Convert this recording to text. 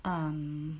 um